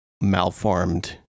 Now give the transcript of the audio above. malformed